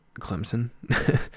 Clemson